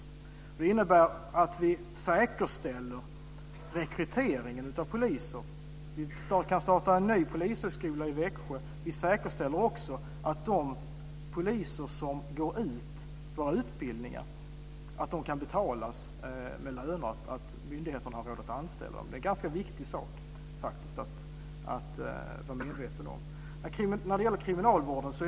Det innebär att vi säkerställer rekryteringen av poliser, att vi kan starta en ny polishögskola i Växjö, att vi säkerställer att myndigheterna har råd att anställa de poliser som går ut utbildningarna. Det är en viktig sak att vara medveten om.